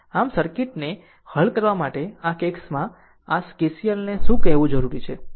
આમ આ સર્કિટને હલ કરવા માટે આ કેસમાં આ KCLને શું કહેવું જરૂરી છે